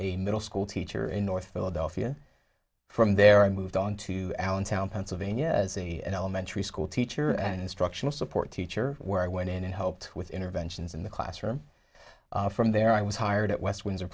a middle school teacher in north philadelphia from there i moved on to allentown pennsylvania as a school teacher and instructional support teacher where i went in and helped with interventions in the classroom from there i was hired at west windsor